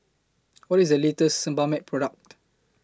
What IS The latest Sebamed Product